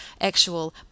actual